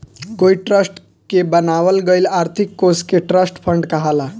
कोई ट्रस्ट के बनावल गईल आर्थिक कोष के ट्रस्ट फंड कहाला